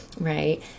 right